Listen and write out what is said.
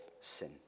sin